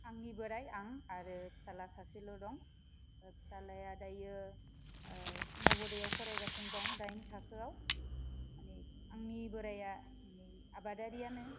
आंनि बोराइ आं आरो फिसाज्ला सासेल' दं फिसाज्लाया दायो नवोदयआव फरायगासिनो दं दाइन थाखोआव माने आंनि बोराइया नै आबादारिआनो